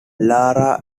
lara